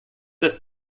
das